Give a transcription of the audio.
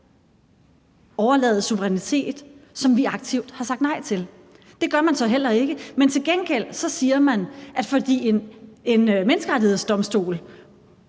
overlade suverænitet, som vi aktivt har sagt nej til. Det gør man så heller ikke, men til gengæld siger man, at fordi en Menneskerettighedsdomstol,